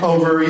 Over